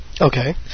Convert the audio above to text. Okay